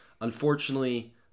Unfortunately